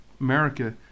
America